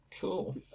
Cool